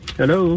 hello